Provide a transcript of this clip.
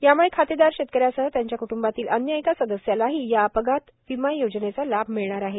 यामुळ खातेदार शेतकऱ्यांसह त्यांच्या क्टंबातील अन्य एका सदस्यालाही या अपघात विमा योजनेचा लाभ मिळणार आहे